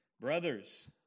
Brothers